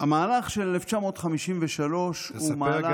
המהלך של 1953 הוא מהלך,